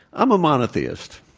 i'm a monotheist.